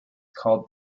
called